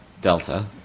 Delta